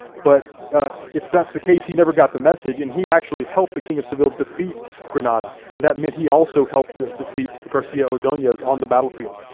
but if that's the case, he never got the message. and he actually helped the king of seville defeat granada, and that meant he also helped ah defeat garcia ordooez on the battlefield.